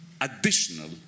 additional